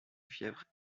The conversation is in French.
fièvre